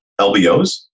LBOs